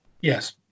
Yes